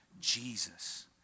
Jesus